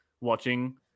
watching